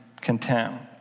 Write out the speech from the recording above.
content